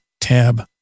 tab